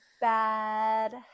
bad